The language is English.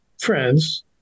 friends